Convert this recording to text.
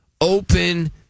open